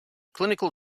clinical